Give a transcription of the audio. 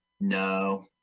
No